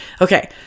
Okay